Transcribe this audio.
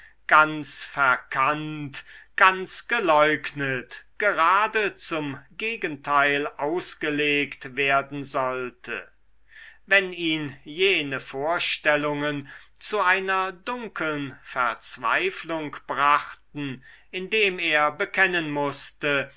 ganz verkannt ganz geleugnet gerade zum gegenteil ausgelegt werden sollte wenn ihn jene vorstellungen zu einer dunkeln verzweiflung brachten indem er bekennen mußte